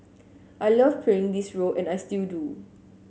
I love playing this role and I still do